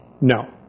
No